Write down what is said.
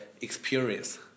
experience